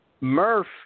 Murph